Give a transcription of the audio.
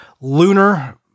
Lunar